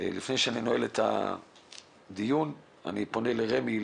לפני שאני נועל את הדיון אני פונה שוב לרמ"י.